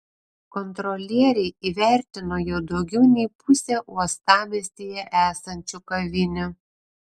kontrolieriai įvertino jau daugiau nei pusę uostamiestyje esančių kavinių